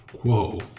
Whoa